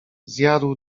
zjadł